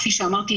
כפי שאמרתי,